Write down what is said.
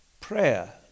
Prayer